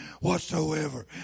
whatsoever